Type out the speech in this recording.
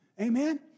Amen